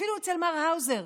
אפילו אצל מר האוזר